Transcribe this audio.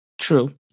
True